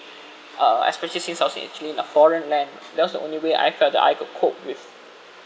uh especially since I was in actually in the foreign land that was the only way I felt that I could cope with